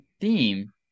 theme